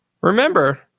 remember